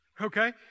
okay